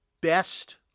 best